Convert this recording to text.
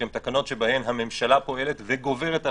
שהן תקנות שבהן הממשלה פועלת וגוברת על